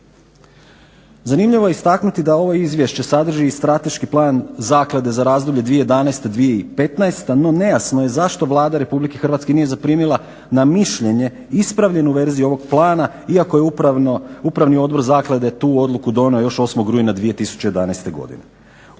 Zanimljivo je istaknuti da ovo Izvješće sadrži i strateški plan Zaklade za razdoblje 2011., 2015. No, nejasno je zašto Vlada Republike Hrvatske nije zaprimila na mišljenje ispravljenu verziju ovog plana iako je Upravni odbor Zaklade tu odluku donio još 8. Rujna 2011. godine.